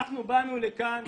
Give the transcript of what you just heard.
אנחנו באנו לכאן,